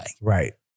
Right